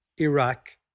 Iraq